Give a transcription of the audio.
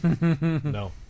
No